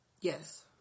Yes